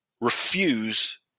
refuse